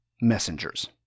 Messengers